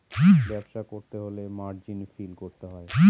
ব্যবসা করতে হলে মার্জিন ফিল করতে হয়